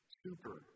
super